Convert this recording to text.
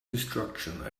destruction